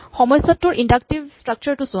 সমস্যাটোৰ inductive structure টো চোৱা